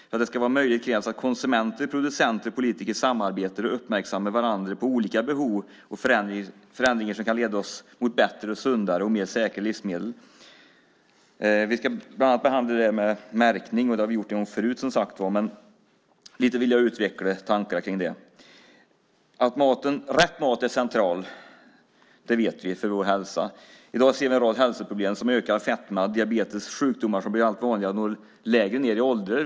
För att det ska vara möjligt krävs att konsumenter, producenter och politiker samarbetar och uppmärksammar varandra på olika behov och förändringar som kan leda oss mot bättre, sundare och mer säkra livsmedel. Vi ska bland annat behandla märkning. Det har vi gjort en gång förut, som sagt var. Men jag vill utveckla tankarna om det lite grann. Rätt mat är central för vår hälsa; det vet vi. I dag ser vi en rad hälsoproblem som ökad fetma och diabetes. Det är sjukdomar som blir allt vanligare och går lägre ned i åldrarna.